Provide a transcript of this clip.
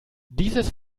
dieses